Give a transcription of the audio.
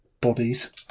bodies